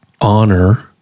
honor